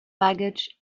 baggage